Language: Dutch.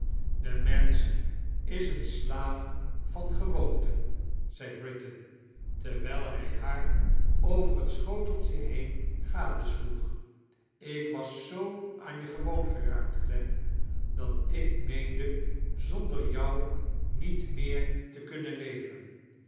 de menisch is een slaaf van gewoonten zei britain terwijl hij haar over het swhotieltje been gadesloeg ik wae zoo aan je gewoon geraakiti clem dat ik meende zonder jou niet meer te kunnen lerven